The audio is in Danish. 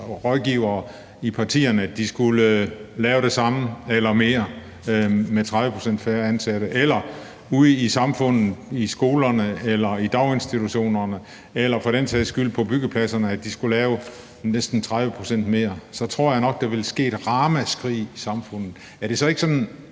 rådgivere i partierne, at de skulle lave det samme eller mere med 30 pct. færre ansatte, eller til dem ude i samfundet, i skolerne eller i daginstitutionerne eller for den sags skyld på byggepladserne, at de skulle lave næsten 30 pct. mere, så tror jeg nok, der ville lyde et ramaskrig i samfundet. Så er det,